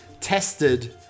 tested